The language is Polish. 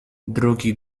drugi